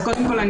אז קודם כל,